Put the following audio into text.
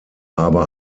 aber